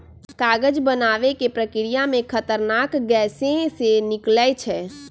कागज बनाबे के प्रक्रिया में खतरनाक गैसें से निकलै छै